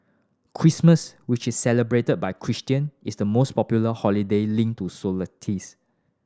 Christmas which is celebrated by Christian is the most popular holiday linked to solstice